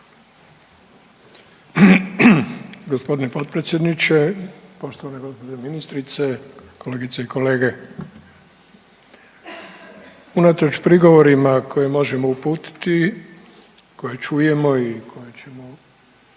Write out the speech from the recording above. Gospodine potpredsjedniče, poštovana gđo. ministrice, kolegice i kolege. Unatoč prigovorima koje možemo uputiti, koje čujemo i koje ćemo